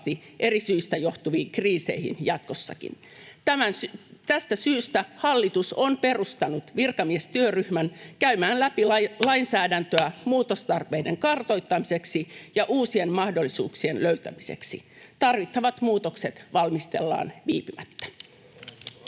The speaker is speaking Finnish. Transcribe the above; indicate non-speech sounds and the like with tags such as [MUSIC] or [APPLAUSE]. eri syistä johtuviin kriiseihin jatkossakin. Tästä syystä hallitus on perustanut virkamiestyöryhmän käymään läpi lainsäädäntöä [NOISE] muutostarpeiden kartoittamiseksi ja uusien mahdollisuuksien löytämiseksi. Tarvittavat muutokset valmistellaan viipymättä. [Speech